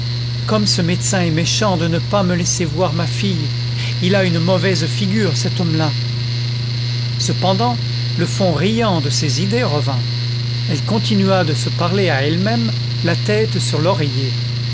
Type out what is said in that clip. comme ce médecin est méchant de ne pas me laisser voir ma fille il a une mauvaise figure cet homme-là cependant le fond riant de ses idées revint elle continua de se parler à elle-même la tête sur l'oreiller